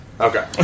Okay